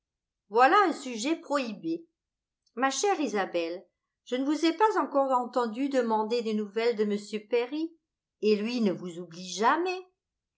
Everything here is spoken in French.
voilà un sujet prohibé ma chère isabelle je ne vous ai pas encore entendu demander des nouvelles de m perry et lui ne vous oublie jamais